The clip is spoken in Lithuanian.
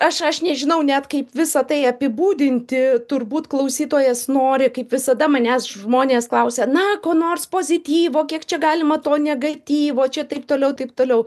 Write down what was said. aš aš nežinau net kaip visa tai apibūdinti turbūt klausytojas nori kaip visada manęs žmonės klausia na ko nors pozityvo kiek čia galima to negatyvo čia taip toliau taip toliau